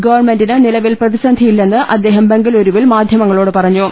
ഗവൺമെന്റിന് നിലവിൽ പ്രതിസന്ധിയില്ലെന്ന് അദ്ദേഹം ബംഗ ലൂരുവിൽ മാധ്യമങ്ങളോട് പറഞ്ഞു